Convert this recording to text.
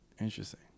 interesting